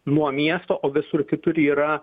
nuo miesto o visur kitur yra